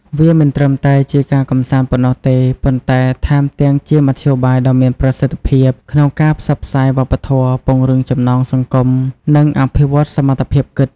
វាមិនត្រឹមតែជាការកម្សាន្តប៉ុណ្ណោះទេ ប៉ុន្តែថែមទាំងជាមធ្យោបាយដ៏មានប្រសិទ្ធភាពក្នុងការផ្សព្វផ្សាយវប្បធម៌ ពង្រឹងចំណងសង្គម និងអភិវឌ្ឍសមត្ថភាពគិត។